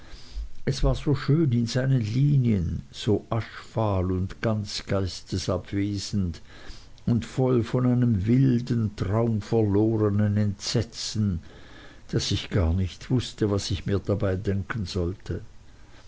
es war so schön in seinen linien so aschfahl und ganz geistesabwesend und voll von einem wilden traumverlorenen entsetzen daß ich gar nicht wußte was ich mir dabei denken sollte